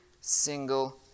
single